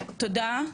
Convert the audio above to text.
תודה,